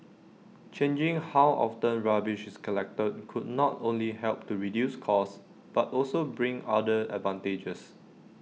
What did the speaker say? changing how often rubbish is collected could not only help to reduce costs but also bring other advantages